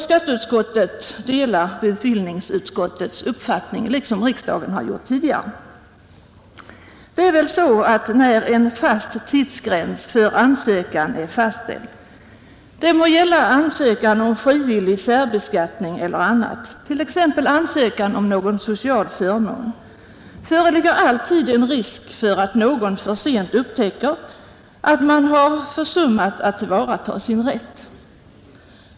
Skatteutskottet delar alltså bevillningsutskottets uppfattning, vilket också kamrarna tidigare har gjort. Det är väl så att när en viss tidsgräns för ansökan är fastställd — det må gälla ansökan om frivillig särbeskattning eller annat, t.ex. en social förmån — föreligger en risk för att någon för sent upptäcker att han försummat att tillvarata sin rätt.